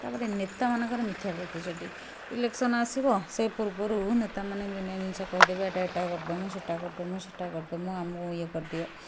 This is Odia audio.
ତା'ପରେ ନେତାମାନଙ୍କର ମିଥ୍ୟା ପ୍ରତିଶ୍ରୁତି ଇଲେକ୍ସନ୍ ଆସିବ ସେ ପୂର୍ବରୁ ନେତାମାନେ ଦୁନିଆ ଜିନିଷ କହିଦେବେ ଏଇଟା ଏଇଟା କରିଦେବୁ ସେଇଟା କରିଦେବୁ ସେଇଟା କରିଦେବୁ ଆମକୁ ଇଏ କରିଦିଅ